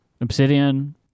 Obsidian